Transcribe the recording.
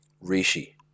Rishi